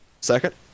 Second